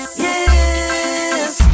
yes